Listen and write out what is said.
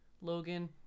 Logan